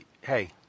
hey